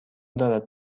دارد